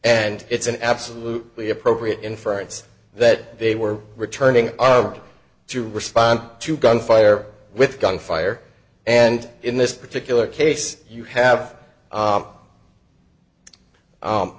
and it's an absolutely appropriate inference that they were returning to respond to gunfire with gunfire and in this particular case you have